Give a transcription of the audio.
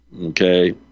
okay